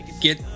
get